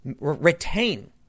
retain